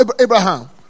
Abraham